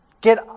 get